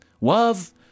Love